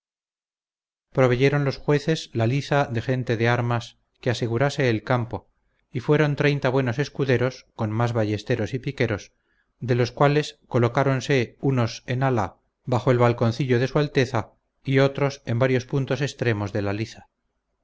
proveyeron los jueces la liza de gente de armas que asegurase el campo y fueron treinta buenos escuderos con más ballesteros y piqueros de los cuales colocáranse unos en ala bajo el balconcillo de su alteza y otros en varios puntos extremos de la liza